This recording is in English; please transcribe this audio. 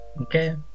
Okay